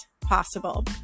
possible